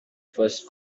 first